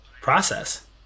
process